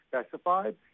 Specified